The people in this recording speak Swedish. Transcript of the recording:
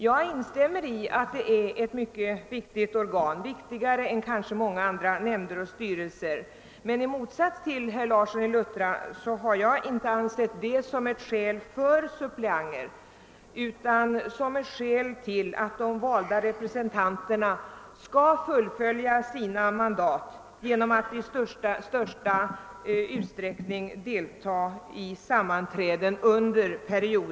Jag instämmer i att fullmäktige är ett mycket viktigt organ, viktigare än många nämnder och styrelser, men i motsats till herr Larsson i Luttra anser jag det inte vara ett skäl för att ha suppleanter utan som ett skäl till att de valda ledamöterna skall fullfölja sina mandat genom att i största utsträckning delta i sammanträdena.